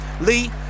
Lee